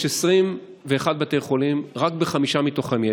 יש 21 בתי חולים, רק בחמישה מהם יש.